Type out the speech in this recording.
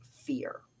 fear